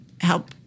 help